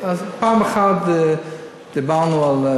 אז פעם אחת דיברנו על,